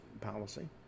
policy